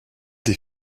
des